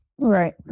Right